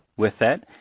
with that,